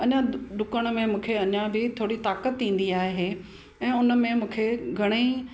अञा डु डुकण में मूंखे अञा बि थोरी ताक़त ईंदी आहे ऐं उन में मूंखे घणेई